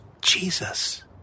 Jesus